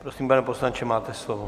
Prosím, pane poslanče, máte slovo.